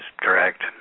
correct